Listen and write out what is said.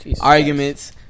arguments